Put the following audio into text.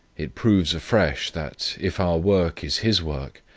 it proves afresh, that, if our work is his work,